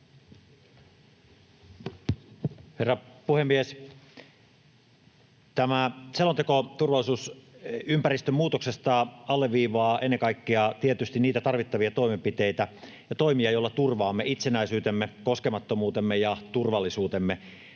Herra puhemies! Tämä selonteko turvallisuusympäristön muutoksesta alleviivaa ennen kaikkea tietysti niitä tarvittavia toimenpiteitä ja toimia, joilla turvaamme itsenäisyytemme, koskemattomuutemme ja turvallisuutemme,